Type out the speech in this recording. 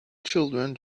children